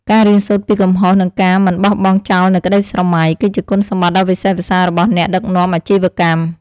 ការរៀនសូត្រពីកំហុសនិងការមិនបោះបង់ចោលនូវក្តីស្រមៃ គឺជាគុណសម្បត្តិដ៏វិសេសវិសាលរបស់អ្នកដឹកនាំអាជីវកម្ម។